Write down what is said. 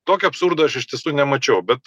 tokio absurdo aš iš tiesų nemačiau bet